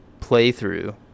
playthrough